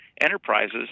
enterprises